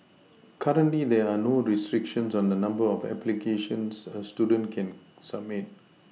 currently there are no restrictions on the number of applications a student can submit